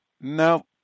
No